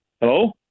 Hello